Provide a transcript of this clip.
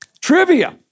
Trivia